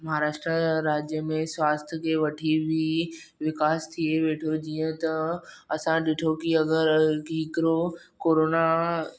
महाराष्ट्रा राज्य में स्वास्थ के वठी वि विकासु थीए वेठो जीअं त असां ॾिठो की अगरि की हिकिड़ो कोरोना